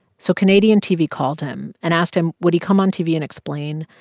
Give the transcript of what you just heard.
so canadian tv called him and asked him, would he come on tv and explain?